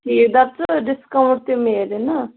تی دَپ ژٕ ڈِسکاوُنٛٹ تہِ میلہِ نا